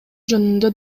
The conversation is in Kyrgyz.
жөнүндө